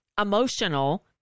emotional